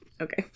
Okay